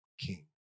King